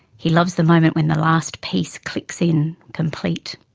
he loves the moment when the last piece clicks in, complete.